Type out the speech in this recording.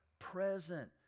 present